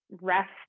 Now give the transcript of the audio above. rest